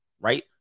right